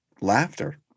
laughter